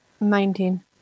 nineteen